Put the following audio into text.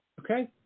Okay